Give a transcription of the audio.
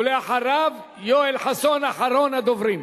ולאחריו, יואל חסון, אחרון הדוברים.